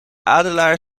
adelaar